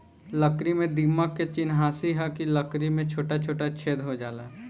लकड़ी में दीमक के चिन्हासी ह कि लकड़ी में छोटा छोटा छेद हो जाला